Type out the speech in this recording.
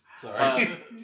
Sorry